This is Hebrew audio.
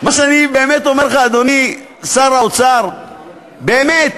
מה שאני אומר לך, אדוני שר האוצר, באמת,